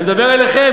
אני מדבר אליכם,